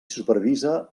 supervisa